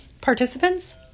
Participants